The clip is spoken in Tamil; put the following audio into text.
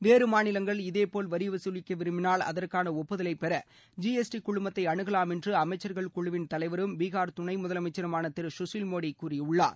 வேறு மாநிலங்கள் இதேபோல் வரி வசூலிக்க விரும்பினால் அதற்கான ஒப்புதலை பெற ஜி எஸ் டி குழுமத்தை அனுகலாம் என்று அமைச்சர்கள் குழுவின் தலைவரும் பிஹார் துணை முதலமைச்சருமான திரு சுஷில்மோடி கூறியுள்ளார்